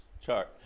chart